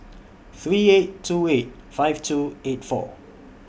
three eight two eight five two four eight